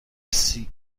سیگنال